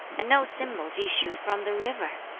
and no symbols issue from the river!